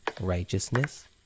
righteousness